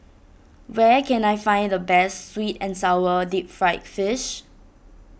where can I find the best Sweet and Sour Deep Fried Fish